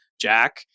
Jack